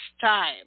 time